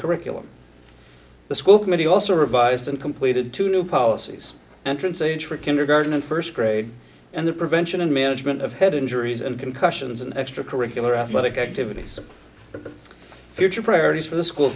curriculum the school committee also revised and completed two new policies and trance age for kindergarten and first grade and the prevention and management of head injuries and concussions in extra curricular athletic activities future priorities for the school